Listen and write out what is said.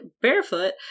barefoot